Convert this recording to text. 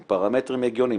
עם פרמטרים הגיוניים,